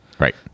Right